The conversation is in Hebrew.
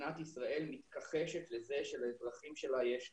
מדינת ישראל מתכחשת לזה שלאזרחים שלה יש נזק.